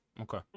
okay